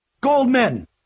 goldman